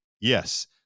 Yes